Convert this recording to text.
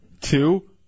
two